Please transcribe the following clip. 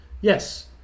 Yes